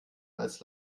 als